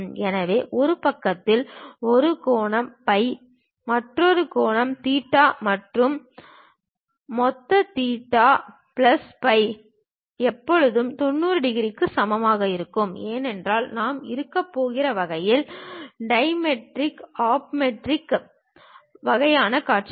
எனவே ஒரு பக்கத்தில் ஒரு கோண பை மற்றொரு கோண தீட்டா மற்றும் மொத்த தீட்டா பிளஸ் பை எப்போதும் 90 டிகிரிக்கு சமமாக இருக்கும் ஏனென்றால் நாம் இருக்கப் போகிற வகையில் டைமெட்ரிக் ஆ ட்ரிமெட்ரிக் வகையான காட்சிகள்